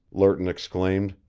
lerton exclaimed.